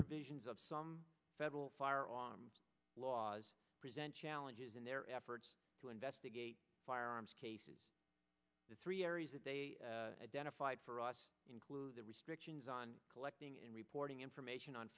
provisions of some federal firearms laws present challenges in their efforts to investigate firearms cases the three areas that they identified for us include the restrictions on collecting and reporting information on